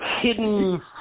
hidden